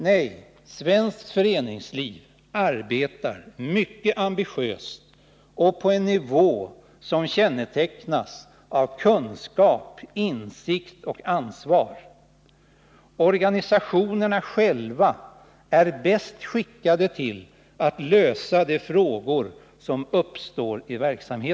Nej, svenskt föreningsliv arbetar mycket ambi tiöst och på en nivå som kännetecknas av kunskap, insikt och ansvar. Nr 28 Organisationerna själva är bäst skickade att lösa de frågor som uppstår i deras Onsdagen den verksamhet.